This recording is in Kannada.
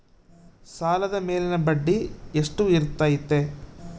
ಸಾಲದ ಮೇಲಿನ ಬಡ್ಡಿ ಎಷ್ಟು ಇರ್ತೈತೆ?